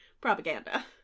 propaganda